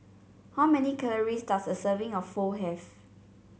how many calories does a serving of Pho have